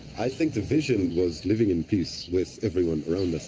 i think the vision was living in peace with everyone around us,